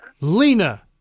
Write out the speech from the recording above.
Lena